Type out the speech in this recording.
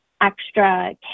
extra